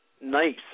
nice